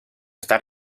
está